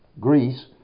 Greece